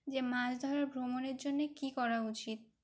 যে মাছ ধরা ভ্রমণের জন্যে কী করা উচিত